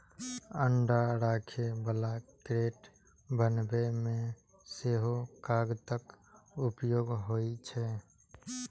अंडा राखै बला क्रेट बनबै मे सेहो कागतक उपयोग होइ छै